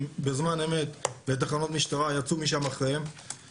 בזמן אמת לתחנות משטרה יצאו משם אחריהם,